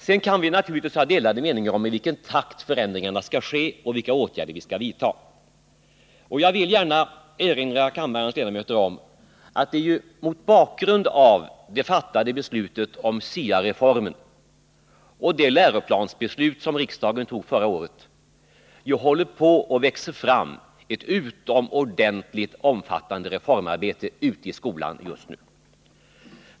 Sedan kan vi ha delade meningar om i vilken takt förändringarna kan ske och vilka åtgärder vi skall vidta. Jag vill gärna erinra kammarens ledamöter om att det mot bakgrund av det fattade beslutet om SIA-reformen och det läroplansbeslut som riksdagen tog förra året just nu håller på att växa fram ett utomordentligt omfattande reformarbete ute i skolan.